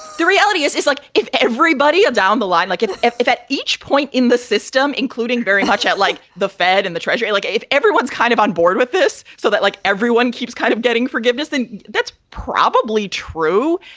the reality is, it's like if everybody down the line like it, if if at each point in the system, including very much like the fed and the treasury, like if everyone's kind of on board with this so that like everyone keeps kind of getting forgiveness, then that's probably true.